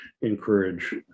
encourage